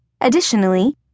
Additionally